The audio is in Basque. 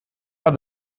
bat